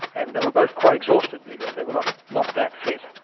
and they were both quite exhausted, because they were not not that fit,